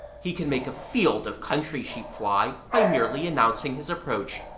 he can make a field of country sheep fly by merely announcing his approach,